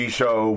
show